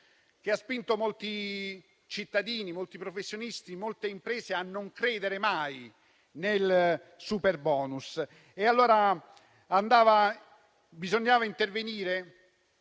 che ha spinto molti cittadini, molti professionisti e molte imprese a non credere mai nel superbonus. Bisognava intervenire?